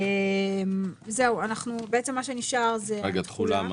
זהו, בעצם מה שנשאר זה התחולה.